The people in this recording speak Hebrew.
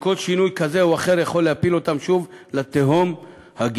וכל שינוי כזה או אחר יכול להפיל אותן שוב לתהום הגירעוני.